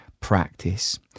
Practice